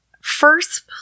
first